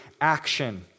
action